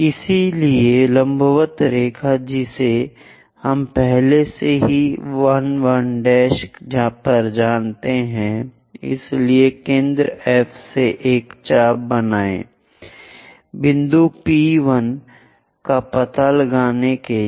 इसलिए लंबवत रेखा जिसे हम पहले से ही 1 1 पर जानते हैं इसलिए केंद्र F से एक चाप बनाएं बिंदु P 1 का पता लगाने के लिए